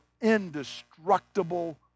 indestructible